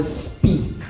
speak